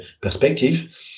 perspective